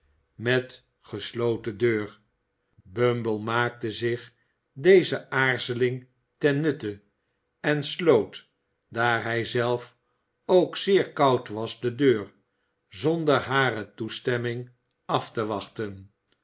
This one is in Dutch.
met gesloten deur bumble maakte zich deze aarzeling ten nutte en sloot daar hij zelf ook zeer koud was de deur zonder hare toestemming af te wachten